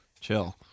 chill